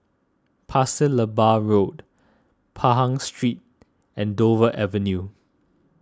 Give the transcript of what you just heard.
Pasir Laba Road Pahang Street and Dover Avenue